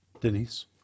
Denise